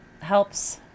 helps